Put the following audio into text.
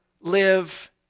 live